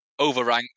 overranked